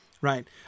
right